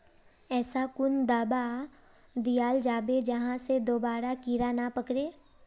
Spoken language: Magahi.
ऐसा कुन दाबा दियाल जाबे जहा से दोबारा कीड़ा नी पकड़े?